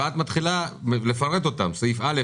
ואת מתחילה לפרט אותן: סעיף א',